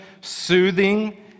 soothing